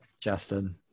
Justin